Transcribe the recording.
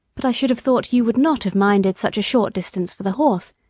but i should have thought you would not have minded such a short distance for the horse,